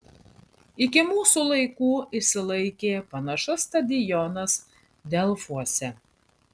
iki mūsų laikų išsilaikė panašus stadionas delfuose